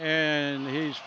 and he's